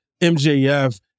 MJF